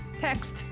texts